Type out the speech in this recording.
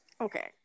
Okay